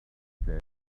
gas